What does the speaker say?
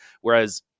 whereas